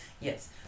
Yes